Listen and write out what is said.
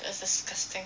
it was disgusting